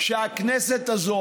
שהכנסת הזו,